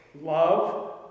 love